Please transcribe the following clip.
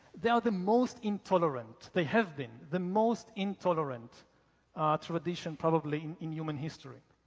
they are the most intolerant, they have been the most intolerant tradition probably in in human history.